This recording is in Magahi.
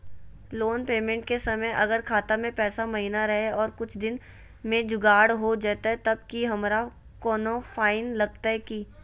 लोन पेमेंट के समय अगर खाता में पैसा महिना रहै और कुछ दिन में जुगाड़ हो जयतय तब की हमारा कोनो फाइन लगतय की?